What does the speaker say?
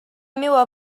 meua